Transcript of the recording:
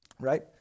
Right